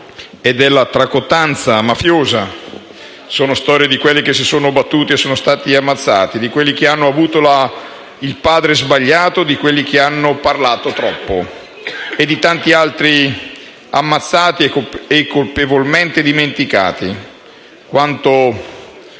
e della tracotanza mafiosa. Sono le storie di coloro che si sono battuti e sono stati ammazzati, di quelli che hanno avuto il padre sbagliato o che hanno parlato troppo e dei tanti altri ammazzati o colpevolmente dimenticati. Ci sono